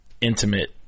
intimate